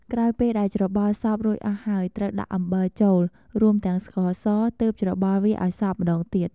ក្រោយពេលដែលច្របល់សព្វរួចអស់ហើយត្រូវដាក់អំបិលចូល រួមទាំងស្ករស ទើបច្របល់វាឱ្យសព្វម្ដងទៀត។